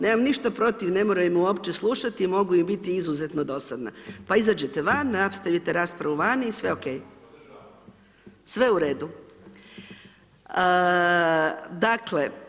Nemam ništa protiv, ne moraju me uopće slušati, mogu im biti izuzetno dosadna, pa izađite van, nastavite raspravu vani i sve ok, sve u redu.